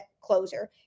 closer